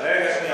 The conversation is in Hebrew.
תתייחס לנושא,